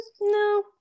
no